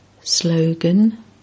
Slogan